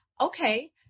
okay